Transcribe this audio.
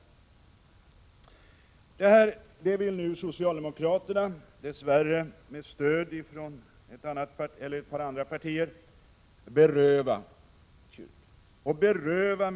Folkbokföringen vill nu socialdemokraterna, dess värre med stöd av ett par andra partier, beröva kyrkan.